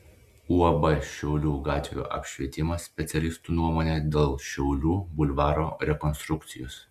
uab šiaulių gatvių apšvietimas specialistų nuomonė dėl šiaulių bulvaro rekonstrukcijos